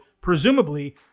presumably